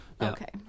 Okay